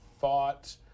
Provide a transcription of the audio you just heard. thought